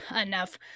enough